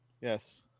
Yes